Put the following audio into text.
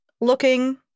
looking